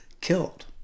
killed